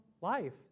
life